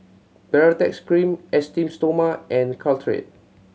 Baritex Cream Esteem Stoma and Caltrate